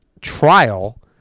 trial